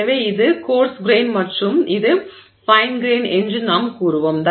எனவே இது coarse grain மற்றும் இது ஃபைன் கிரெய்ன் என்று நாம் கூறுவோம்